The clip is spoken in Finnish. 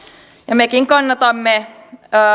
mekin kannatamme